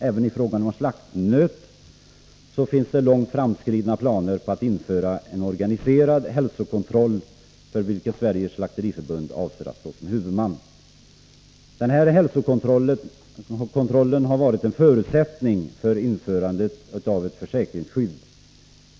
Även i fråga om slaktnötsbesättningar finns det långt framskridna planer på att införa en organiserad hälsokontroll, för vilken Sveriges Slakteriförbund avser att stå som huvudman. Denna hälsokontroll har varit en förutsättning för införandet av ett försäkringsskydd.